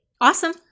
Awesome